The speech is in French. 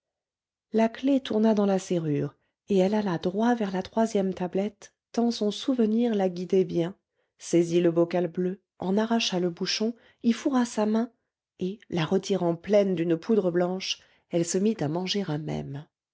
la clef tourna dans la serrure et elle alla droit vers la troisième tablette tant son souvenir la guidait bien saisit le bocal bleu en arracha le bouchon y fourra sa main et la retirant pleine d'une poudre blanche elle se mit à manger à même